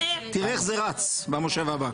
תראה איך זה רץ במושב הבא.